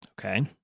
okay